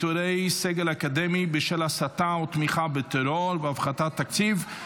העדפה מתקנת למשרתי מילואים),